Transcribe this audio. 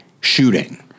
shooting